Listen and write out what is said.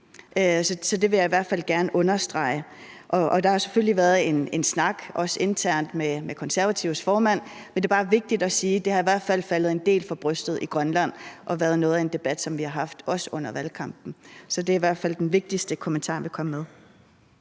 Så det vil jeg i hvert fald gerne understrege. Og der har selvfølgelig været en snak, også internt med Konservatives formand, men det er bare vigtigt at sige, at det i hvert fald er faldet en del for brystet i Grønland og har været noget af en debat, som vi har haft, også under valgkampen. Så det er i hvert fald den vigtigste kommentar, jeg vil komme med.